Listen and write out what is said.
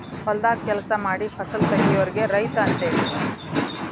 ಹೊಲದಾಗ ಕೆಲಸಾ ಮಾಡಿ ಫಸಲ ತಗಿಯೋರಿಗೆ ರೈತ ಅಂತೆವಿ